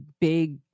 big